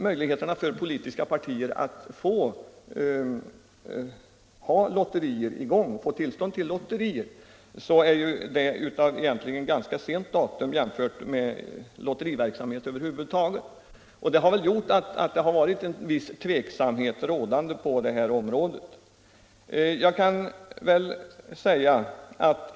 Möjligheterna för politiska partier att få tillstånd till lotterier är ju jämfört med den tid under vilken lotteriverksamhet över huvud taget bedrivits av ganska sent datum. Det är väl detta förhållande som gjort att viss tveksamhet förekommit på detta område.